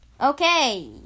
Okay